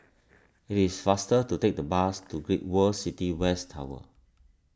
it is faster to take the bus to Great World City West Tower